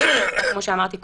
כמו שאמרתי קודם,